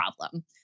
problem